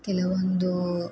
ಕೆಲವೊಂದು